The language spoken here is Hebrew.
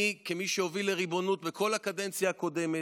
אני, כמי שהוביל לריבונות בכל הקדנציה הקודמת,